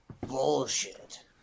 bullshit